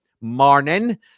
morning